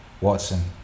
Watson